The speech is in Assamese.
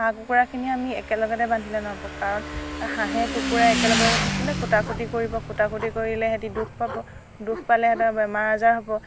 হাঁহ কুকুৰাখিনি আমি একেলগতে বান্ধিলে ন'হব কাৰণ হাঁহে কুকুৰাই একেলগতে থাকিলে কুটা কুটি কৰিব কুটা কুটি কৰিলে সিহঁতি দুখ পাব দুখ পালে সিহঁতৰ বেমাৰ আজাৰ হ'ব